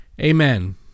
amen